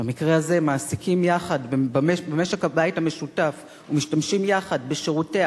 במקרה הזה מעסיקים יחד במשק הבית המשותף ומשתמשים יחד בשירותים